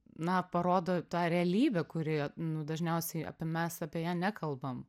na parodo tą realybę kurioje nu dažniausiai apie mes apie ją nekalbam